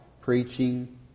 preaching